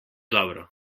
dobro